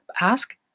ask